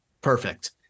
perfect